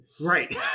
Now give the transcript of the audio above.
right